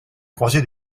croisée